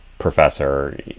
professor